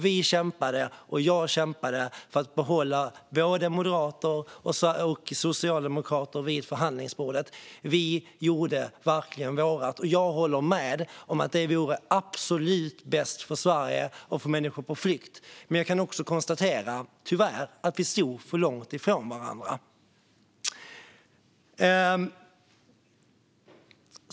Vi kämpade, och jag kämpade, för att behålla både moderater och socialdemokrater vid förhandlingsbordet. Vi gjorde verkligen vårt. Jag håller med om att en bred överenskommelse absolut hade varit bäst för Sverige och för människor på flykt. Tyvärr kan jag också konstatera att vi stod för långt ifrån varandra.